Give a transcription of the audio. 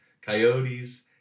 coyotes